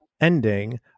ending